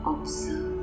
Observe